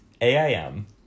AIM